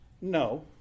no